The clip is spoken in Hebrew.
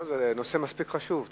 לא, זה נושא מספיק חשוב.